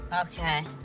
Okay